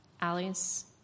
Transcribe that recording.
Allie's